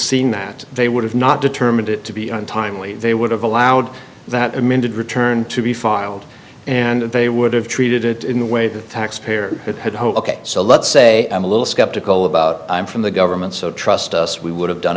seen that they would have not determined it to be untimely they would have allowed that amended return to be filed and they would have treated it in the way the taxpayers had hoped ok so let's say i'm a little skeptical about i'm from the government so trust us we would have done